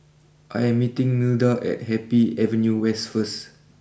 I am meeting Milda at Happy Avenue West first